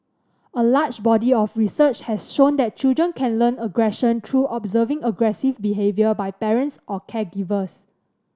a large body of research has shown that children can learn aggression through observing aggressive behaviour by parents or caregivers